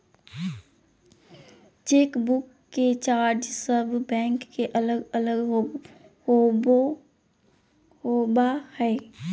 chequebook के charge सब bank के अलग अलग होबा हइ